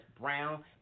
Brown